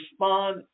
respond